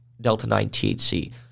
delta-9-THC